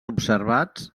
observats